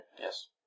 Yes